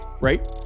right